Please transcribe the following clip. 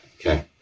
okay